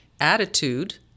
attitude